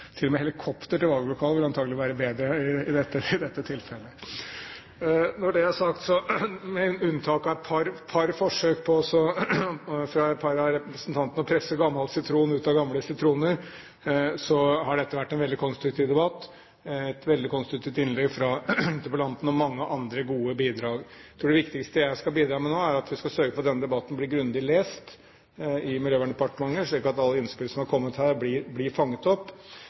helikopter til valglokalet vil antagelig være bedre i dette tilfellet. Når det er sagt: Med unntak av et par forsøk fra et par av representantene på å presse saft ut av gamle sitroner, så har dette vært en veldig konstruktiv debatt. Det var et veldig konstruktivt innlegg fra interpellanten, og det var mange andre gode bidrag. Jeg tror det viktigste jeg skal bidra med nå, er å sørge for at denne debatten blir grundig lest i Miljøverndepartementet, slik at alle innspill som har kommet her, blir fanget opp.